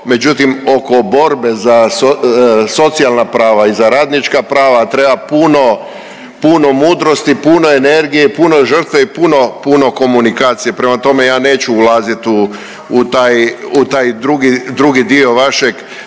međutim oko borbe za socijalna prava i za radnička prava treba puno, puno mudrosti, puno energije i puno žrtve i puno puno komunikacije. Prema tome, ja neću ulazit u taj, u taj drugi dio vašeg